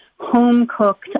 home-cooked